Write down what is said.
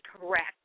correct